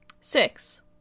six